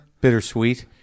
Bittersweet